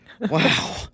Wow